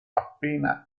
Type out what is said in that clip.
appena